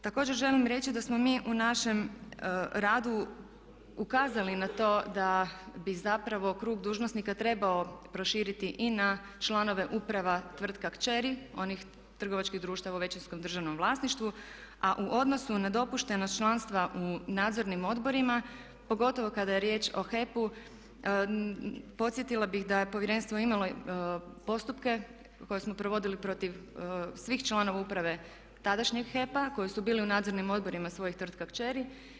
Također želim reći da smo mi u našem radu ukazali na to da bi se zapravo krug dužnosnika trebao proširiti i na članove uprava tvrtka kćeri, onih trgovačkih društava u većinskom državnom vlasništvu a u odnosu na dopuštena članstva u nadzornim odborima pogotovo kada je riječ o HEP-u podsjetila bih da je Povjerenstvo imalo postupke koje smo provodili protiv svih članova uprave tadašnjeg HEP-a koje su bili u nadzornim odborima svojih tvrtka kćeri.